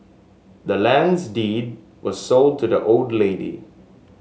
the land's deed was sold to the old lady